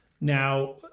now